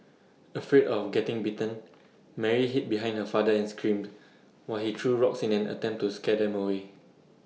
afraid of getting bitten Mary hid behind her father and screamed while he threw rocks in an attempt to scare them away